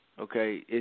Okay